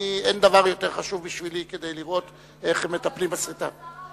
אין דבר יותר חשוב בשבילי מלראות איך מטפלים בסריטה.